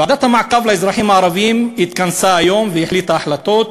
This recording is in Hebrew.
ועדת המעקב של האזרחים הערבים התכנסה היום והחליטה החלטות: